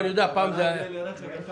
לרכב אחד